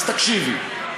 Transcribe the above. אז תקשיבי.